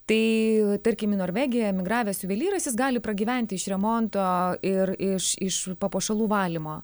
tai tarkim į norvegiją emigravęs juvelyras jis gali pragyventi iš remonto ir iš iš papuošalų valymo